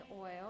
Oil